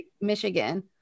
michigan